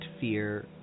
fear